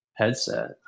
Headset